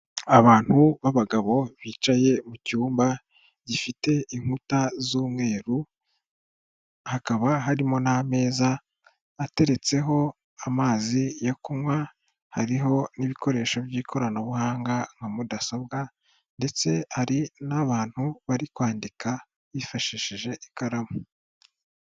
Abantu b'abagabo bicaye mu cyumba gifite inkuta z'umweru, hakaba harimo n'ameza ateretseho amazi yo kunywa, hariho n'ibikoresho by'ikoranabuhanga nka mudasobwa ndetse hari n'abantu bari kwandika yifashishije ikaramu.